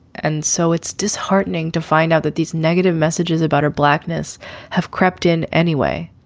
and so it's disheartening to find out that these negative messages about her blackness have crept in anyway.